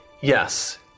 yes